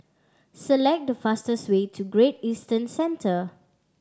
select the fastest way to Great Eastern Centre